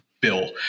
bill